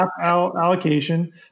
allocation